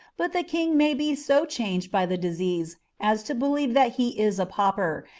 but the king may be so changed by the disease as to believe that he is a pauper,